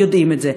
יודעים את זה.